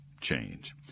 change